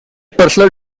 personal